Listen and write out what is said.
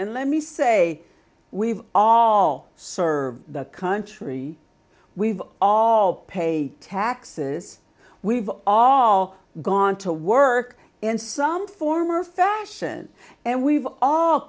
let me say we've all served the country we've all paid taxes we've all gone to work in some form or fashion and we've all